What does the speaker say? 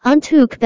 Antuk